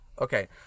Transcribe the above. Okay